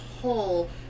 whole